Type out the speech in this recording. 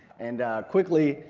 and quickly,